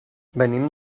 venim